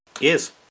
Yes